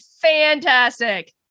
fantastic